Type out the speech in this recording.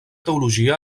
teologia